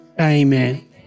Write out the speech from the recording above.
amen